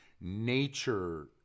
Nature